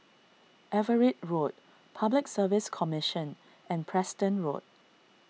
Everitt Road Public Service Commission and Preston Road